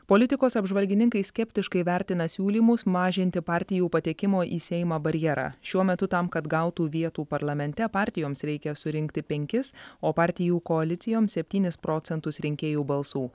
politikos apžvalgininkai skeptiškai vertina siūlymus mažinti partijų patekimo į seimą barjerą šiuo metu tam kad gautų vietų parlamente partijoms reikia surinkti penkis o partijų koalicijoms septynis procentus rinkėjų balsų